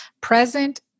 present